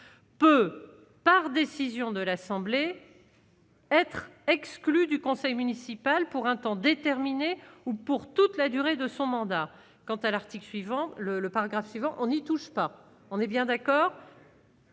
peut, par décision de l'Assemblée, être exclus du conseil municipal pour un temps déterminé ou pour toute la durée de son mandat, quant à l'article suivant le le par grâce suivant, on n'y touche pas, on est bien d'accord.